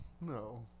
No